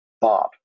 Bob